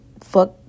fuck